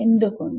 എന്ത്കൊണ്ട്